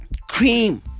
Cream